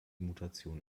mutation